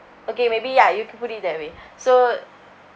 okay maybe ya you can put it that way so